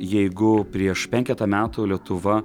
jeigu prieš penketą metų lietuva